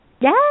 Yes